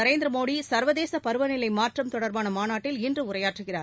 நரேந்திர மோடி சர்வதேச பருவநிலை மாற்றம் தொடர்பான மாநாட்டில் இன்று உரையாற்றுகிறார்